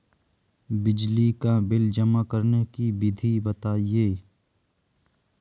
बिजली का बिल जमा करने की विधि बताइए?